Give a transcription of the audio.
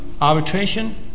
arbitration